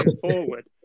forward